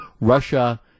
Russia